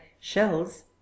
shells